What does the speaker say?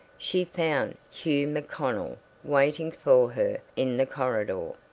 she found hugh macconnell waiting for her in the corridor.